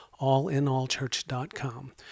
allinallchurch.com